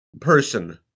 person